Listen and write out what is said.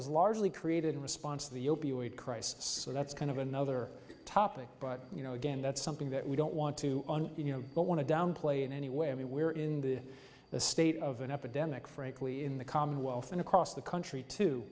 was largely created in response to the opioid crisis so that's kind of another topic but you know again that's something that we don't want to you know but want to downplay in any way i mean we're in the state of an epidemic frankly in the commonwealth and across the country too